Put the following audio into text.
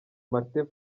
martin